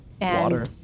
water